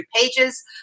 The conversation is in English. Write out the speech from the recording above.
pages